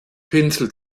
pinsel